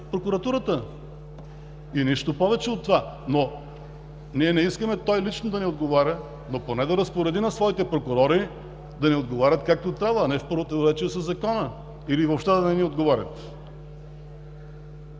прокуратурата и нищо повече от това. Ние не искаме той лично да ни отговаря, но поне да разпореди на своите прокурори да ни отговарят както трябва, а не в противоречие със Закона или въобще да не ни отговарят.